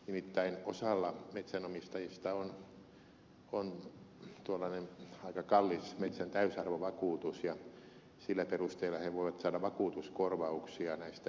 nimittäin osalla metsänomistajista on tuollainen aika kallis metsän täysarvovakuutus ja sillä perusteella he voivat saada vakuutuskorvauksia näistä myrskytuhoista